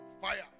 fire